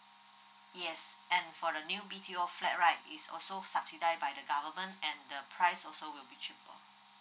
yes and for the new B_T_O flat right is also subsidise by the government and the price also will be cheaper